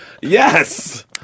Yes